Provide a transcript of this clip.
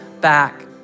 back